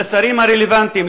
לשרים הרלוונטיים,